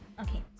okay